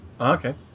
Okay